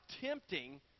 tempting